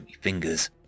fingers